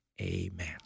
Amen